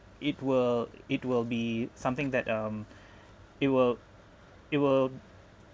it will it will be something that um it will it will